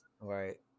Right